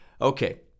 Okay